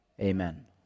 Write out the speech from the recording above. Amen